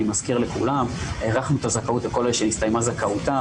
אני מזכיר לכולם שהארכנו את הזכאות לכל אלה שהסתיימה זכאותם,